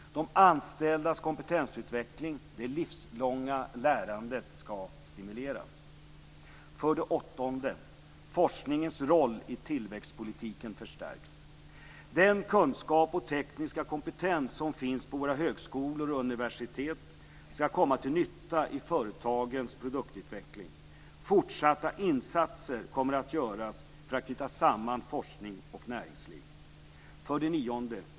De anställdas kompetensutveckling - det livslånga lärandet - skall stimuleras. 8. Forskningens roll i tillväxtpolitiken förstärks. Den kunskap och tekniska kompetens som finns på våra högskolor och universitet skall komma till nytta i företagens produktutveckling. Fortsatta insatser kommer att göras för att knyta samman forskning och näringsliv. 9.